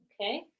Okay